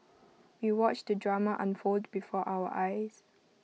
we watched the drama unfold before our eyes